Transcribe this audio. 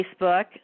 Facebook